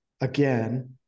again